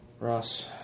Ross